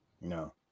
No